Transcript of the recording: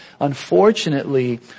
Unfortunately